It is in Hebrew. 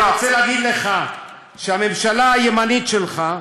אני רוצה להגיד לך שהממשלה הימנית שלך,